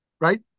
Right